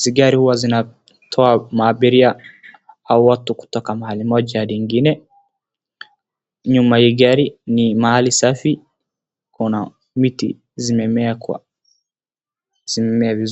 .si gari huwa zinatoa maabiria au watu kotoka mahali moja hadi ingine . Nyuma ya hii gari ni mahali safi kuna miti zimemea kwa zimemea vizuri.